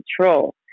control